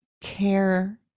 care